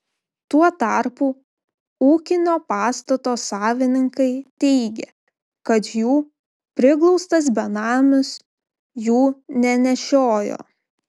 tuo tarpu ūkinio pastato savininkai teigė kad jų priglaustas benamis jų nenešiojo